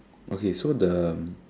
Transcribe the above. okay so the